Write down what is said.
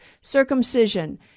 circumcision